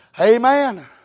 Amen